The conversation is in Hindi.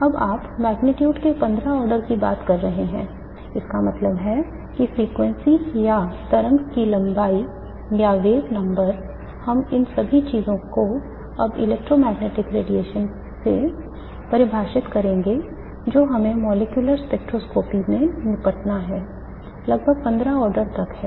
अब आप मेग्नीट्यूड के 15 ऑर्डर की बात कर रहे हैं इसका मतलब है कि फ्रीक्वेंसी या तरंग की लंबाई या वेव नंबर हम इन सभी चीजों को अब इलेक्ट्रोमैग्नेटिक रेडिएशन से परिभाषित करेंगे जो हमें मॉलिक्यूलर स्पेक्ट्रोस्कोपी में निपटना है लगभग 15 ऑर्डर तक है